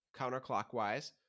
counterclockwise